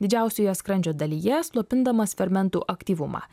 didžiausioje skrandžio dalyje slopindamas fermentų aktyvumą